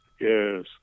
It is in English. Yes